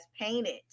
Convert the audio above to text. painted